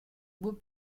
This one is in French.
beau